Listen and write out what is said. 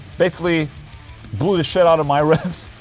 basically blew the shit out of my riffs.